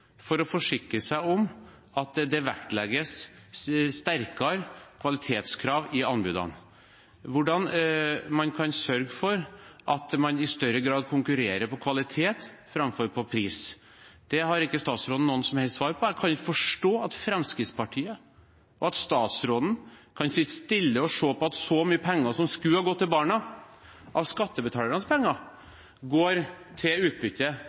for å forsikre seg om at det sterkere vektlegges kvalitetskrav i anbudene? Hvordan kan man sørge for at man i større grad konkurrerer på kvalitet framfor på pris? Det har ikke statsråden noen som helst svar på. Jeg kan ikke forstå at Fremskrittspartiet og statsråden kan sitte stille og se på at så mye penger som skulle ha gått til barna, av skattebetalernes penger, går til utbytte